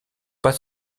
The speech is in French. pas